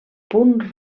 punt